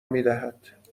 میدهد